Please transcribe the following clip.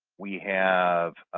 we have,